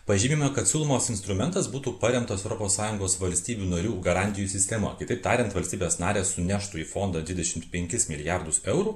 pažymime kad siūlomas instrumentas būtų paremtos europos sąjungos valstybių narių garantijų sistema kitaip tariant valstybės narės suneštų į fondą dvidešimt penkis milijardus eurų